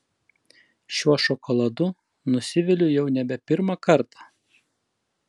šiuo šokoladu nusiviliu jau nebe pirmą kartą